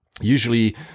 usually